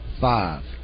five